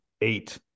eight